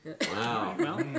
Wow